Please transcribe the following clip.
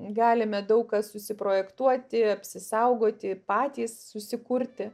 galime daug ką susiprojektuoti apsisaugoti patys susikurti